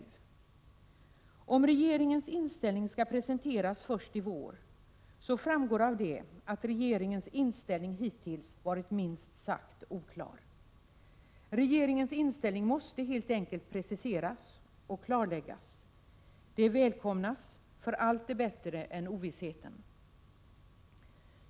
Av detta med att regeringens ståndpunkt skall presenteras först i vår framgår att regeringens inställning hittills har varit minst sagt oklar. Regeringens inställning måste helt enkelt preciseras och klarläggas. Det skulle välkomnas, för allt är bättre än ovissheten.